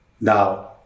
Now